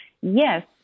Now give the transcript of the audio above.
Yes